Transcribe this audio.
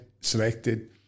selected